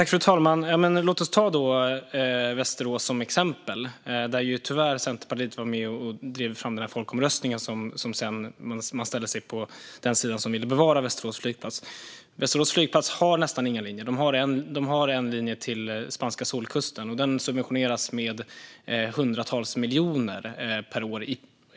Fru talman! Låt oss ta Västerås som exempel. Där var Centerpartiet tyvärr med om att driva fram en folkomröstning och ställde sig på den sida som ville bevara Västerås flygplats. Denna flygplats har nästan inga linjer. De har en linje till spanska solkusten, och den subventioneras i princip med hundratals miljoner per år.